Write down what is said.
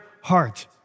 heart